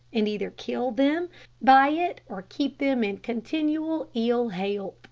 and either kill them by it or keep them in continual ill health.